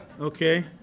okay